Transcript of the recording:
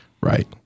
Right